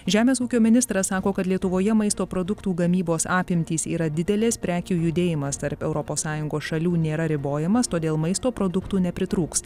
žemės ūkio ministras sako kad lietuvoje maisto produktų gamybos apimtys yra didelės prekių judėjimas tarp europos sąjungos šalių nėra ribojamas todėl maisto produktų nepritrūks